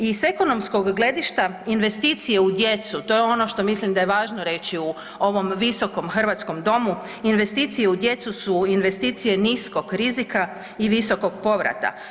I s ekonomskog gledišta, investicije u djecu, to je ono što mislim da je važno reći u ovom Visokom hrvatskom domu, investicije u djecu su investicije niskog rizika i visokog povrata.